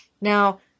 Now